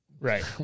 Right